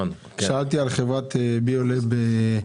שאלתי על חברת ביולאב.